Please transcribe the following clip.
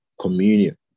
communion